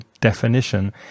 definition